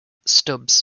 stubbs